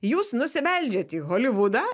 jūs nusibeldžiat į holivudą